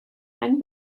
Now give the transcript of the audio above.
ein